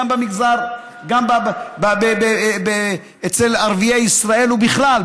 גם אצל ערביי ישראל ובכלל,